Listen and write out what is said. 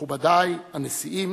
מכובדי, הנשיאים,